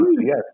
Yes